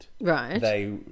Right